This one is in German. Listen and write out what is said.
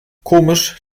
komisch